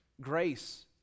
grace